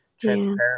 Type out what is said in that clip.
transparent